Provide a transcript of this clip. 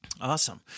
Awesome